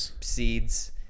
seeds